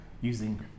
using